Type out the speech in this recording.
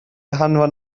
hanfon